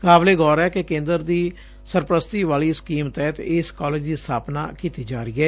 ਕਾਬਿਲੇ ਗੌਰ ਐ ਕਿ ਕੇ'ਦਰ ਦੀ ਸਰਪੁਸਤੀ ਵਾਲੀ ਸਕੀਮ ਤਹਿਤ ਇਸ ਕਾਲਜ ਦੀ ਸਬਾਪਨਾ ਕੀਤੀ ਜਾ ਰਹੀ ਏ